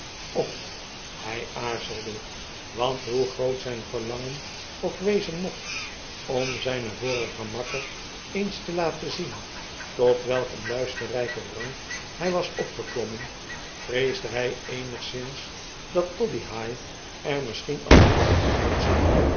of hy aarzelde want hoe groot zyn verlangen ook wezen mocht om zijnen vorisren makker eens te laten zien tot welk eenen luisterrtfken rang hy was opgeklommen vreesde hjj eenigszins dat toddyhigh er misschien armoediger uitzag